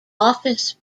office